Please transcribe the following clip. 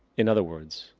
in other words,